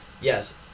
yes